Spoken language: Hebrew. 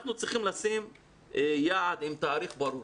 אנחנו צריכים לשים יעד עם תאריך ברור,